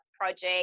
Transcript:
project